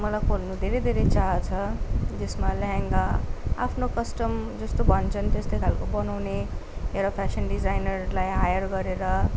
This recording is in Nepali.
मलाई खोल्नु धेरै धेरै चाह छ त्यसमा लेहेङ्गा आफ्नो कस्टम जस्तो भन्छन् त्यस्तैखालको बनाउने एउटा फेसन डिजाइनरलाई हायर गरेर